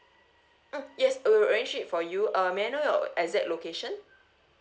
mm yes I will arrange it for you uh may I know your exact location